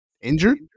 injured